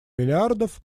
миллиардов